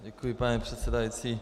Děkuji, paní předsedající.